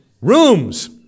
rooms